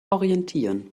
orientieren